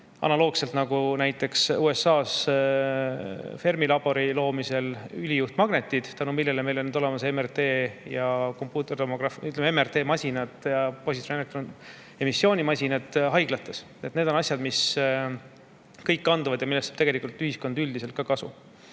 analoogselt nagu näiteks USA‑s Fermi laboris loodud ülijuhtmagnetid, tänu millele meil on nüüd olemas MRT ja kompuutertomograaf, ütleme, MRT-masinad ja positiivse elektroniemissiooni masinad haiglates. Need on asjad, mis kõik kanduvad [edasi] ja millest saab tegelikult ühiskond üldiselt ka kasu.